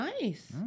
Nice